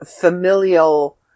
familial